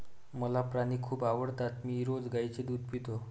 मला प्राणी खूप आवडतात मी रोज गाईचे दूध पितो